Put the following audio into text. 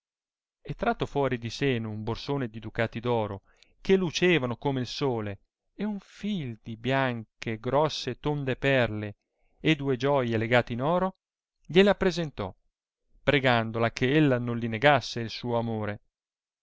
e tratto fuori di seno un borsone di ducati d oro che lucevano come il sole e un fil di bianche grosse e tonde perle e due gioie legate in oro gliele appresentò pregandola che ella non li negasse il suo amore